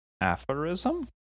aphorism